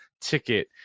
ticket